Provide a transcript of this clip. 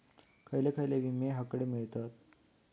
खयले खयले विमे हकडे मिळतीत?